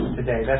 today